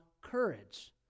courage